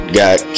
got